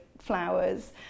flowers